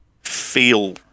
feel